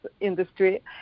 industry